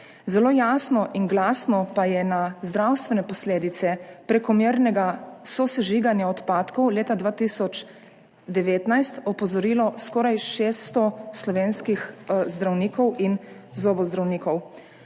Zelo jasno in glasno pa je na zdravstvene posledice prekomernega sosežiganja odpadkov leta 2019 opozorilo skoraj 600 slovenskih zdravnikov in zobozdravnikov.